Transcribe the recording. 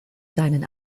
seinen